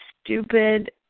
stupid